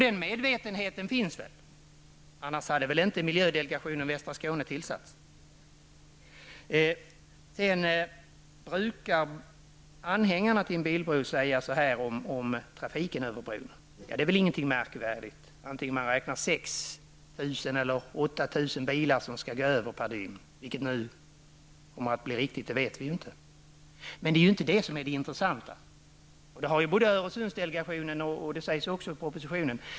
Den medvetenheten finns förmodligen -- annars hade väl inte Anhängarna till en bilbro brukar säga om trafiken över bron att de inte är märkvärdigt, vare sig man räknar med att 6 000 eller 8 000 bilar skall gå över bron på ett dygn -- vi vet inte vilken av siffrorna som kommer att bli den riktiga. Men det är ju inte det som är det intressanta. Det konstaterar Öresundsdelegationen, och det sägs också i propositionen.